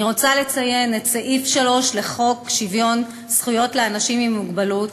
אני רוצה לציין את סעיף 3 לחוק שוויון זכויות לאנשים עם מוגבלות,